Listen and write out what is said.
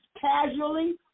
casually